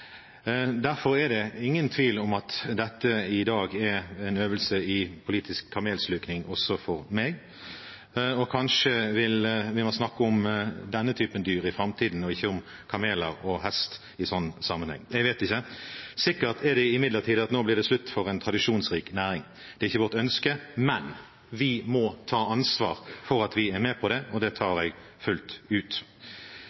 Derfor er det ingen tvil om at dette i dag er en øvelse i politisk kamelsluking også for meg. Kanskje vil man snakke om denne typen dyr i framtiden og ikke om kameler og hest i en sånn sammenheng – jeg vet ikke. Sikkert er det imidlertid at nå blir det slutt for en tradisjonsrik næring. Det er ikke vårt ønske, men vi må ta ansvar for at vi er med på dette – og det tar